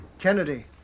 Kennedy